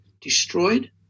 destroyed